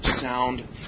sound